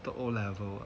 the O level